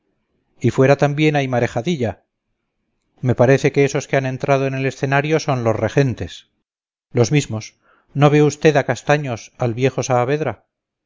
y fuera también hay marejadita me parece que esos que han entrado en el escenario son los regentes los mismos no ve usted a castaños al viejo saavedra